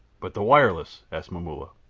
but the wireless, asked momulla.